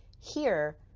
here,